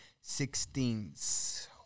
Sixteens